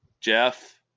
Jeff